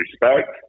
respect